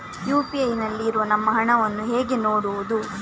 UPI ನಲ್ಲಿ ಇರುವ ನಮ್ಮ ಹಣವನ್ನು ಹೇಗೆ ನೋಡುವುದು?